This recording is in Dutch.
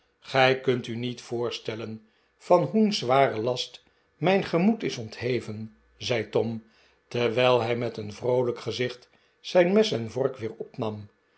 gij kunt'u niet voorstellen van hoe'n zwaren last mijn gemped is ontheven zei tom terwijl hij met een vroolijk gezicht zijn mes en vork weer opnam